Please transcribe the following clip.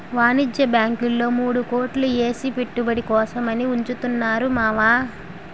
వాణిజ్య బాంకుల్లో మూడు కోట్లు ఏసి పెట్టుబడి కోసం అని ఉంచుతున్నాను మావా